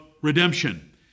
redemption